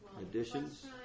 Additions